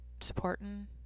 supporting